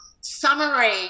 summary